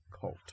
cult